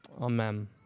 Amen